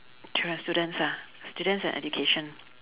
through your students ah students and education